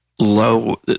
low